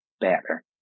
better